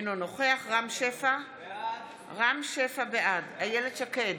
אינו נוכח רם שפע, בעד איילת שקד,